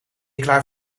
klaar